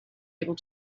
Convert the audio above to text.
able